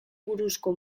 buruzko